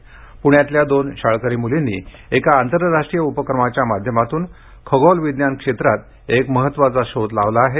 प्ण्यातल्या दोन शाळकरी मुलींनी एका आंतरराष्ट्रीय उपक्रमाच्या माध्यमातून खगोल विज्ञान क्षेत्रात एक महत्त्वाचा शोध लावला आहे